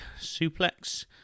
suplex